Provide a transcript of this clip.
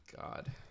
god